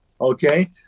okay